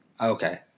Okay